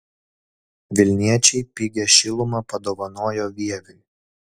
vilniečiai pigią šilumą padovanojo vieviui